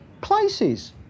places